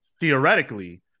Theoretically